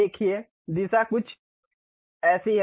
आप देखिए दिशा जैसी कुछ है